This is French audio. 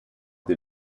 des